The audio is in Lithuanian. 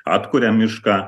atkuria mišką